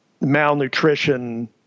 malnutrition